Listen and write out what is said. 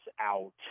out